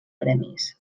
premis